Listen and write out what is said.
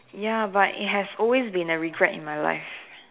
ya but it has always been a regret in my life